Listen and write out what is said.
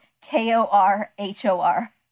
K-O-R-H-O-R